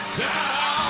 down